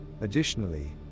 Additionally